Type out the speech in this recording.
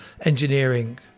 engineering